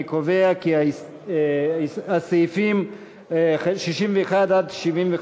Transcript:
אני קובע כי סעיפים 61 75,